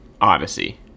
Odyssey